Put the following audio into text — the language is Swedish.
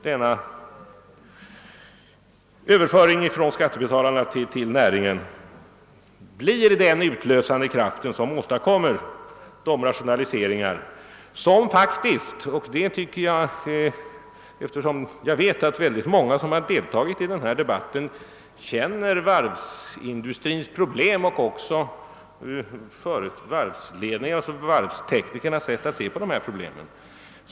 Denna Överföring från skattebetalarna till näringen blir då en utlösande kraft för rationaliseringar. Jag vet att många som deltagit i denna debatt känner varvsindustrins problem liksom också varvsledningarnas och varvsteknikernas sätt att se på dessa problem.